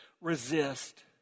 resist